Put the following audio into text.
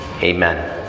Amen